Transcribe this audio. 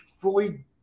fully